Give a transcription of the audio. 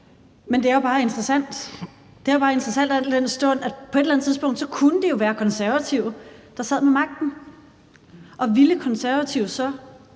Det er jo bare interessant, al den stund det på et eller andet tidspunkt jo kunne være Konservative, der sad med magten. Ville Konservative så